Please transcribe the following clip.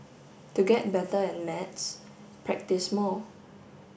to get better at maths practise more